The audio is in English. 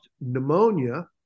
pneumonia